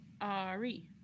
ari